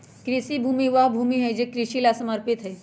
कृषि भूमि वह भूमि हई जो कृषि ला समर्पित हई